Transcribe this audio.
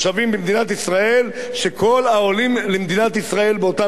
וכל העולים למדינת ישראל באותן שנים היו להם דירות.